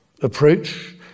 approach